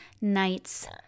night's